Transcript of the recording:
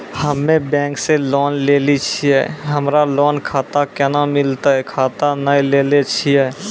हम्मे बैंक से लोन लेली छियै हमरा लोन खाता कैना मिलतै खाता नैय लैलै छियै?